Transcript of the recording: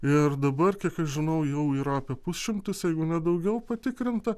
ir dabar kiek aš žinau jau yra apie pusšimtis jeigu ne daugiau patikrinta